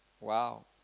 wow